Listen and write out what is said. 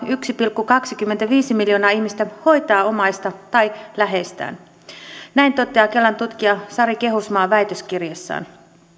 yksi pilkku kaksikymmentäviisi miljoonaa ihmistä hoitaa omaista tai läheistään näin toteaa kelan tutkija sari kehusmaa väitöskirjassaan